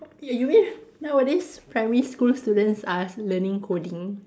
y~ you mean nowadays primary school students are learning coding